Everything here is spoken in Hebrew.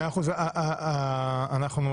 פלאפל לעוזרים.